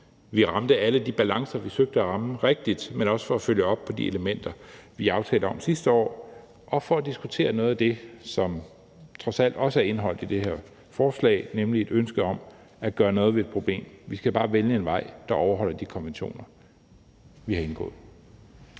vi ramte alle de balancer, vi søgte at ramme, rigtigt, men også for at følge op på de elementer, vi lavede aftale om sidste år, og for at diskutere noget af det, som trods alt også er indeholdt i det her forslag, nemlig et ønske om at gøre noget ved et problem. Vi skal bare vælge en vej, der overholder de konventioner, vi har indgået.